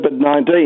COVID-19